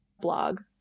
Blog